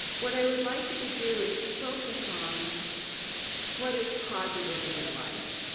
what i would like you to do is focus on what is positive in your life.